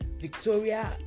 victoria